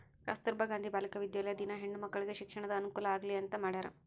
ಕಸ್ತುರ್ಭ ಗಾಂಧಿ ಬಾಲಿಕ ವಿದ್ಯಾಲಯ ದಿನ ಹೆಣ್ಣು ಮಕ್ಕಳಿಗೆ ಶಿಕ್ಷಣದ ಅನುಕುಲ ಆಗ್ಲಿ ಅಂತ ಮಾಡ್ಯರ